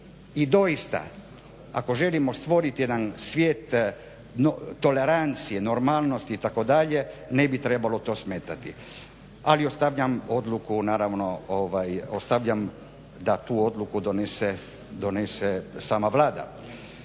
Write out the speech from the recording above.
I doista ako želimo stvoriti jedan svijet tolerancije, normalnosti itd. ne bi trebalo to smetati ali ostavljam odluku naravno, ostavljam da tu odluku donese, donese sama Vlada.